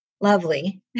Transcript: lovely